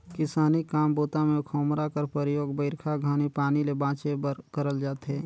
किसानी काम बूता मे खोम्हरा कर परियोग बरिखा घनी पानी ले बाचे बर करल जाथे